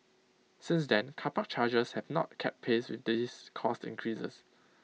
since then car park charges have not kept pace with these cost increases